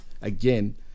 again